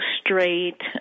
straight